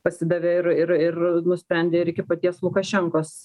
pasidavė ir ir ir nusprendė ir iki paties lukašenkos